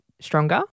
stronger